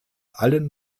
allen